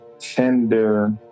tender